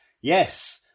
Yes